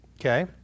okay